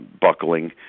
buckling